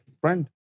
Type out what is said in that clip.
friend